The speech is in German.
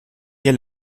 ihr